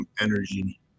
energy